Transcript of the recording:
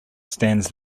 stands